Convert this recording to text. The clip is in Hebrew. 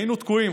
היינו תקועים.